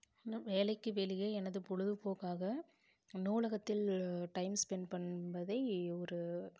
இன்னும் வேலைக்கு வெளியே எனது பொழுதுபோக்காக நூலகத்தில் டைம் ஸ்பெண்ட் பண்ணுபதை ஒரு